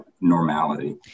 normality